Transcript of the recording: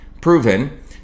proven